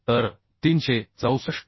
तर 364